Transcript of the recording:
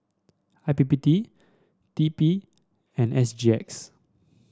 I P P T T P and S G X